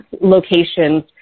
locations